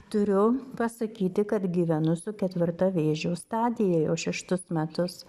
turiu pasakyti kad gyvenu su ketvirta vėžio stadija jau šeštus metus